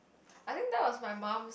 I think that was my mum